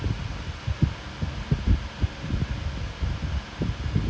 but இப்பவே நம்ம கொஞ்சம்:ippovae namma konjam fast ah தான் பேசுறோம்:thaan pesurom so like if you think about it like